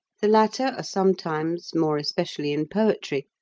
the latter are sometimes, more especially in poetry,